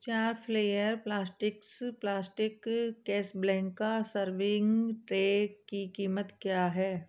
चार flair plastics plastic Casablanca serving tray की कीमत क्या है